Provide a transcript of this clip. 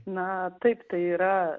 na taip tai yra